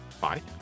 Bye